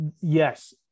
yes